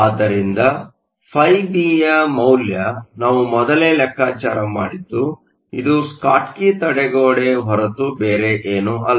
ಆದ್ದರಿಂದ ϕB ಯ ಮೌಲ್ಯ ನಾವು ಮೊದಲೇ ಲೆಕ್ಕಾಚಾರ ಮಾಡಿದ್ದು ಇದು ಸ್ಕಾಟ್ಕಿ ತಡೆಗೋಡೆ ಹೊರತು ಬೇರೇನೂ ಅಲ್ಲ